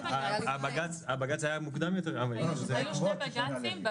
היו שני בג"צים.